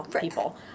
people